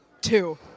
Two